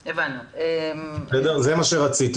זה מה שרציתי.